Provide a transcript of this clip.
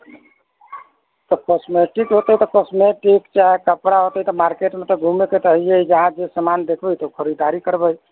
तऽ कॉस्मेटिक होतै तऽ कॉस्मेटिक चाहे कपड़ा होतै तऽ मार्केटमे तऽ घुमैके तऽ हैए हइ जहाँ जे सामान देखबै तऽ ओ खरीदारी करबै